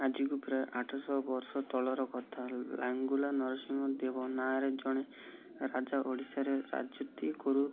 ଆଜିକୁ ପ୍ରାୟ ଆଠଶହ ବର୍ଷ ତଳର କଥା ଲାଙ୍ଗୁଳା ନରସିଂହ ଦେବ ନାଁରେ ଜଣେ ରାଜା ଓଡ଼ିଶାରେ ରାଜୁତି କରୁ